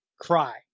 cry